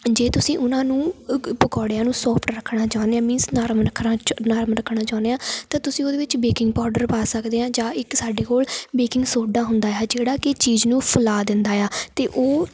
ਜੇ ਤੁਸੀਂ ਉਹਨਾਂ ਨੂੰ ਪਕੌੜਿਆਂ ਨੂੰ ਸੋਫਟ ਰੱਖਣਾ ਚਾਹੁੰਦੇ ਹਾਂ ਮੀਨਸ ਨਰਮ ਰੱਖਰਾ ਨਰਮ ਰੱਖਣਾ ਚਾਹੁੰਦੇ ਆ ਤਾਂ ਤੁਸੀਂ ਉਹਦੇ ਵਿੱਚ ਬੇਕਿੰਗ ਪਾਊਡਰ ਪਾ ਸਕਦੇ ਹਾਂ ਜਾਂ ਇੱਕ ਸਾਡੇ ਕੋਲ ਬੇਕਿੰਗ ਸੋਡਾ ਹੁੰਦਾ ਹੈ ਜਿਹੜਾ ਕਿ ਚੀਜ਼ ਨੂੰ ਫੈਲਾ ਦਿੰਦਾ ਹੈ ਅਤੇ ਉਹ